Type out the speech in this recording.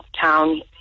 town